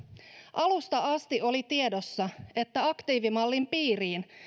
alusta asti oli tiedossa että aktiivimallin piiriin